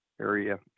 area